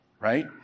right